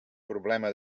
problema